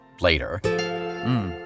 later